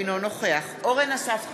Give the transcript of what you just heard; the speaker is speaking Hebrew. אינו נוכח אורן אסף חזן,